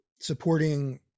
supporting